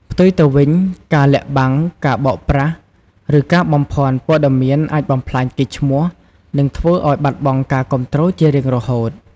ផ្ទុយទៅវិញ ការលាក់បាំង ការបោកប្រាស់ ឬការបំភាន់ព័ត៌មានអាចបំផ្លាញកេរ្តិ៍ឈ្មោះ និងធ្វើឱ្យបាត់បង់ការគាំទ្រជារៀងរហូត។